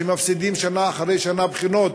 שמפסידים שנה אחרי שנה בחינות,